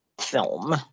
film